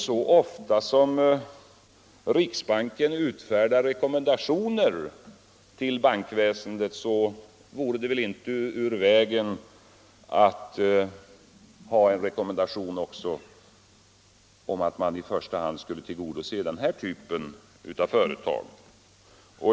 Så ofta som riksbanken utfärdar rekommendationer till bankväsendet vore det väl heller inte ur vägen att också utfärda en rekommendation om att man i första hand skall tillgodose denna typ av företag.